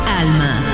Alma